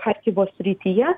charkivo srityje